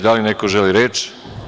Da li neko želi reč?